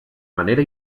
manera